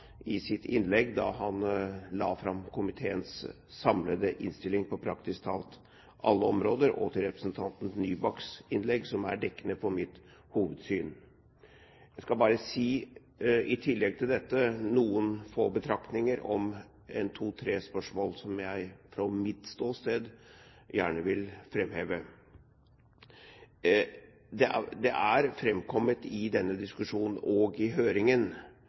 i sitt innlegg da han la fram komiteens samlede innstilling på praktisk talt alle områder, og til representanten Nybakks innlegg, som er dekkende for mitt hovedsyn. Jeg skal i tillegg til dette bare komme med noen få betraktninger om to–tre spørsmål, som jeg fra mitt ståsted gjerne vil framheve. Det er i denne diskusjonen og i høringen